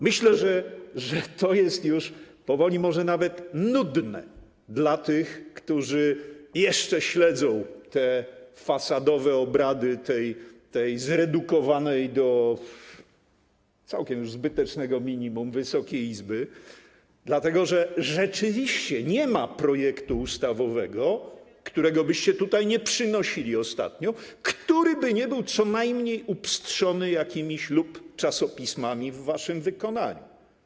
Myślę, że to jest już powoli może nawet nudne dla tych, którzy jeszcze śledzą te fasadowe obrady zredukowanej do całkiem już zbytecznego minimum Wysokiej Izby, dlatego że rzeczywiście nie ma projektu ustawowego, którego byście tutaj nie przynosili ostatnio, który nie byłby co najmniej upstrzony jakimiś „lub czasopismami” w waszym wykonaniu.